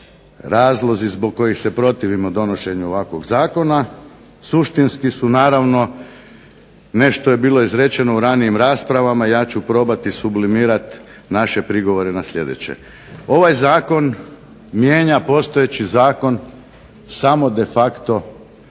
razlozi zbog kojih se protivimo donošenju ovakvog Zakona, suštinski su naravno, nešto je bilo izrečeno u prošlim raspravama, ja ću probati sublimirati naše prigovore na sljedeće. Ovaj Zakon mijenja postojeći zakon samo de facto